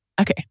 Okay